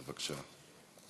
בבקשה.